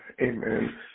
Amen